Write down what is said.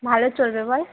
ভালো চলবে বল